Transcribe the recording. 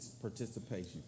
participation